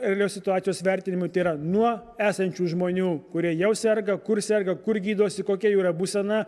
realios situacijos vertinimui tai yra nuo esančių žmonių kurie jau serga kur serga kur gydosi kokia jų yra būsena